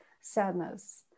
sadness